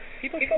People